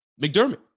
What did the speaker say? McDermott